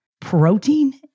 protein